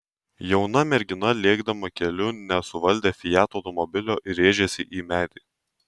jauna mergina lėkdama keliu nesuvaldė fiat automobilio ir rėžėsi į medį